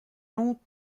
long